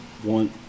One